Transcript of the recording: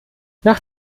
nach